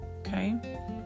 Okay